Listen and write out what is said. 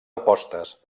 apostes